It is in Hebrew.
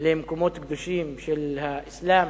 למקומות קדושים של האסלאם,